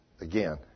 again